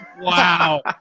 wow